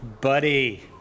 buddy